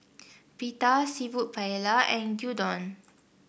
Pita seafood Paella and Gyudon